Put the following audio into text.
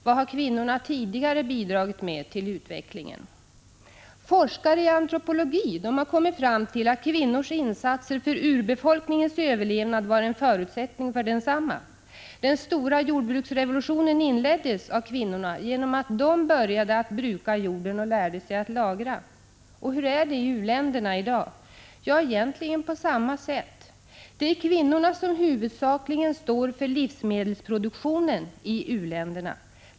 Vad har kvinnorna tidigare bidragit med till utvecklingen? Forskare i antropologi har kommit fram till att kvinnors insatser för urbefolkningens överlevnad var en förutsättning för densamma. Den stora jordbruksrevolutionen inleddes av kvinnorna genom att de började att bruka jorden och lärde sig att lagra. Hur är det i dag i u-länderna? Ja, egentligen på samma sätt. Det är kvinnorna som huvudsakligen står för livsmedelsproduktionen i u-länderna.